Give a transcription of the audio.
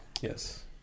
yes